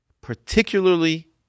particularly